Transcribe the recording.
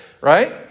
right